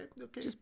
okay